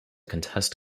contest